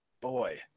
boy